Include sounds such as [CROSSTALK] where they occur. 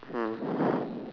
mm [BREATH]